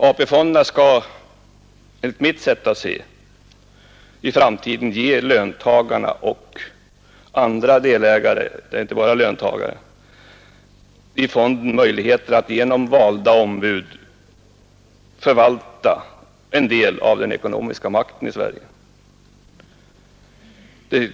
AP-fonderna skall enligt mitt sätt att se i framtiden ge löntagarna och andra delägare — det är inte bara löntagarna som är delägare — i fonderna möjligheten att genom valda ombud förvalta en del av den ekonomiska makten i Sverige.